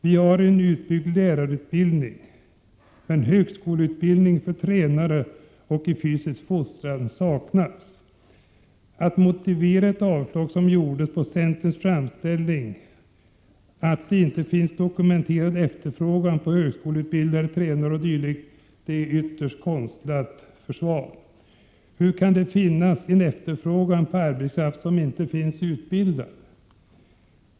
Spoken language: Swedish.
Vi har en utbyggd lärarutbildning, men högskoleutbildning för tränare och i fysisk fostran saknas. Att motivera det avslag som gjordes på centerns framställning med att det inte finns dokumenterad efterfrågan på högskoleutbildade tränare och o. d. är ett ytterst konstlat försvar. Hur kan det finnas efterfrågan på arbetskraft som inte finns utbildad?